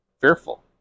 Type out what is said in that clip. fearful